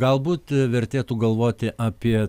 galbūt vertėtų galvoti apie